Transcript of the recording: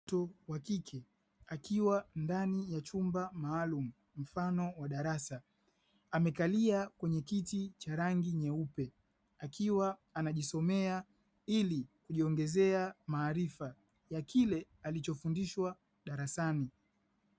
Mtoto wa kike akiwa ndani ya chumba maalumu mfano wa darasa amekalia kwenye kiti cha rangi nyeupe, akiwa anajisomea ili kujiongezea maarifa ya kile alichofundishwa darasani.